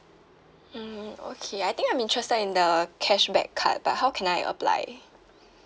hmm okay I think I'm interested in the cashback card but how can I apply